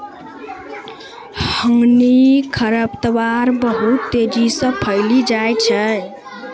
हानिकारक खरपतवार बहुत तेजी से फैली जाय छै